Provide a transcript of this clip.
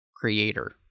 creator